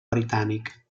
britànic